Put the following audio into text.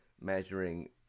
measuring